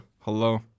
Hello